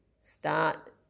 start